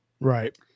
Right